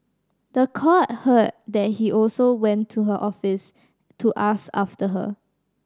the court heard that he also went to her office to ask after her